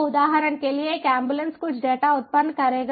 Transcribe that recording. तो उदाहरण के लिए एक एम्बुलेंस कुछ डेटा उत्पन्न करेगा